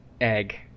egg